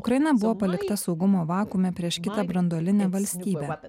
ukraina buvo palikta saugumo vakuume prieš kitą branduolinę valstybę